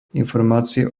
informácie